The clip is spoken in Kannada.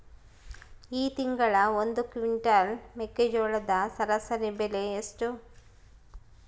ಈ ತಿಂಗಳ ಒಂದು ಕ್ವಿಂಟಾಲ್ ಮೆಕ್ಕೆಜೋಳದ ಸರಾಸರಿ ಬೆಲೆ ಎಷ್ಟು?